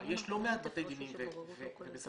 כאן ילדים מגוף שנקרא חינוך